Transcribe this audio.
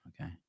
Okay